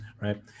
right